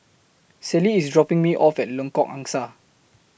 Celie IS dropping Me off At Lengkok Angsa